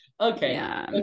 okay